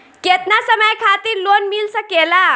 केतना समय खातिर लोन मिल सकेला?